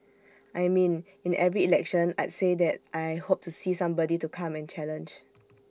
I mean in every election I'd say that I hope to see somebody to come and challenge